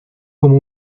como